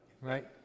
right